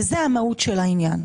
וזה המהות של העניין,